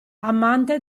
amante